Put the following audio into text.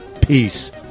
Peace